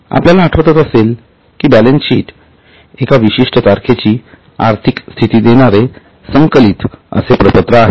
आपल्याला आठवतच असेल की बॅलन्सशीट एका विशिष्ट तारखेची आर्थिक स्थिती देणारे संकलित असे प्रपत्र आहे